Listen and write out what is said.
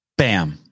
Bam